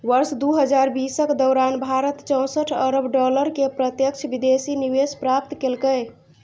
वर्ष दू हजार बीसक दौरान भारत चौंसठ अरब डॉलर के प्रत्यक्ष विदेशी निवेश प्राप्त केलकै